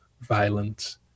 violence